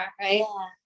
right